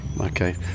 Okay